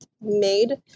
made